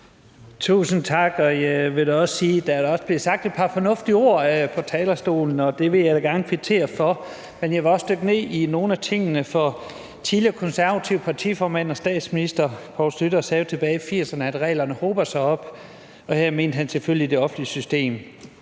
sige, at der da er blevet sagt et par fornuftige ord fra talerstolen, og det vil jeg da gerne kvittere for. Men jeg vil også dykke ned i nogle af tingene. Den tidligere konservative partiformand og statsminister Poul Schlüter sagde tilbage i 1980'erne, at reglerne hober sig op, og her mente han selvfølgelig det offentlige system.